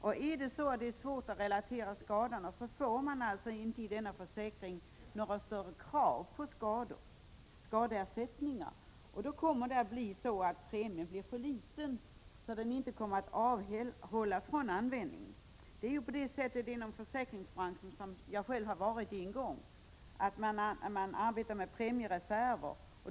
Om det är så, får man alltså inte i denna försäkring några större krav på skadeersättningar, och då kommer premien att bli för liten, så att den inte kommer att avhålla från användning. Inom försäkringsbranschen — som jag själv har varit i en gång — arbetar man med premiereserver.